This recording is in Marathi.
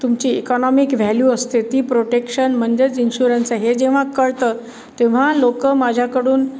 तुमची इकॉनॉमिक व्हॅल्यू असते ती प्रोटेक्शन म्हणजेच इन्श्युरन्स आहे हे जेव्हा कळतं तेव्हा लोक माझ्याकडून